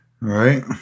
right